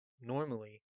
normally